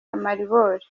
amaribori